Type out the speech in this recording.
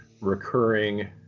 recurring